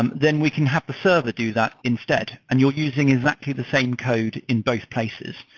and then we can have a server do that instead and you're using exactly the same code in both places.